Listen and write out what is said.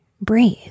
Breathe